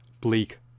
bleak